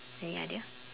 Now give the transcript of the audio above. any idea